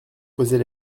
posait